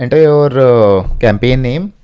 and your ah campaign name.